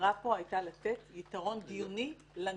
המטרה פה הייתה לתת יתרון דיוני לנפגעת,